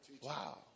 Wow